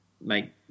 make